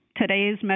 today's